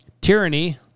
Tyranny